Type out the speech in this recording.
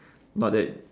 not that